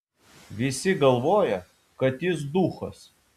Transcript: visi galvoja kad jis duchas